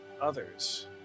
others